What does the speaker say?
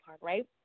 right